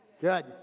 Good